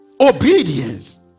obedience